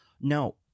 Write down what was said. No